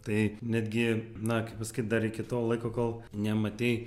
tai netgi na kaip pasakyt dar iki to laiko kol nematei